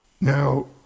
Now